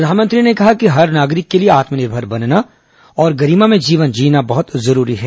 प्रधानमंत्री ने कहा कि हर नागरिक के लिए आत्म निर्भर बनना और गरिमामय जीवन जीना बहुत जरूरी है